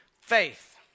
faith